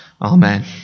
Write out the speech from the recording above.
Amen